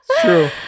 True